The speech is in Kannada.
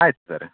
ಆಯ್ತು ಸರ್